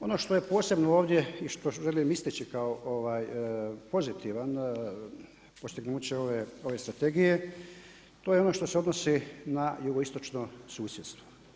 Ono što je posebno ovdje i što želim istaći kao pozitivno postignuće ove strategije, to je ono što se odnosi na jugoistočno susjedstvo.